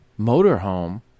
motorhome